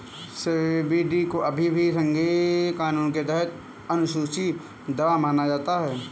CBD को अभी भी संघीय कानून के तहत अनुसूची दवा माना जाता है